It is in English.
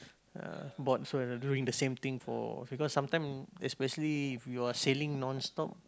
uh bored from doing the same thing for because some time especially if you're sailing non-stop